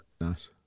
Nice